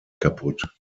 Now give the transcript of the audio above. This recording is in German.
kaputt